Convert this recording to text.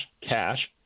cash